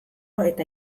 eta